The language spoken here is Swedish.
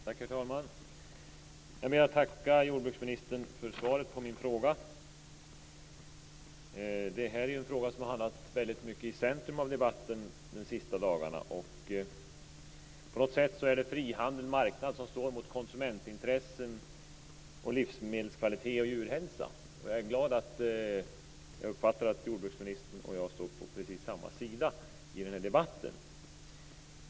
Herr talman! Jag vill tacka jordbruksministern för svaret på min fråga. Det är en fråga som väldigt mycket har hamnat i centrum av debatten de senaste dagarna. På något sätt står frihandel och marknad mot konsumentintressen, livsmedelskvalitet och djurhälsa. Jag är glad att jordbruksministern och jag, som jag uppfattar det, står på precis samma sida i denna debatt.